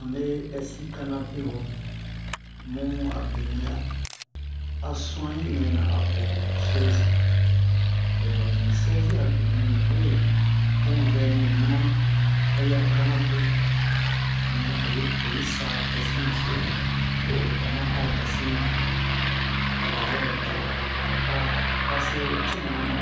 a mɛ ɛsi kanape wa mu a benɛ a sun'anni mɛ na apo shɛzi ni shɛzi a benɛ ni we pun vɛni nu manu a yi a kanape mu oyi oyi sa ɛsi nu se to a dama a dasi ni wa o yɛrɛ da a pase ho tina mi